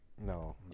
No